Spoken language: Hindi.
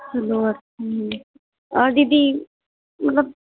दीदी मतलब